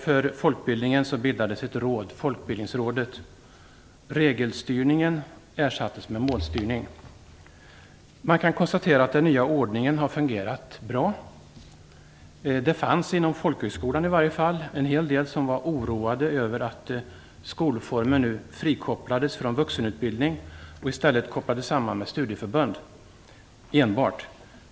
För folkbildningen bildades ett råd, folkbildningsrådet. Man kan konstatera att den nya ordningen har fungerat bra. Det fanns, i alla fall inom folkhögskolan, en hel del som var oroade över att skolformen nu frikopplades från vuxenutbildning och i stället enbart kopplades samman med studieförbund.